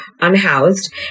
unhoused